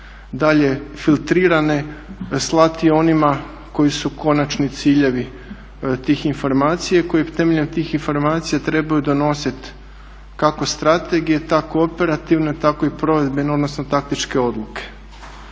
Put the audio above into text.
dalje filtrirane slati onima koji su konačni ciljevi tih informacija, koje temeljem tih informacija trebaju donositi kako strategije tako operativno, tako i provedbeno odnosno taktičke odluke